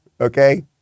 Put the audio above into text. Okay